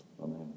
Amen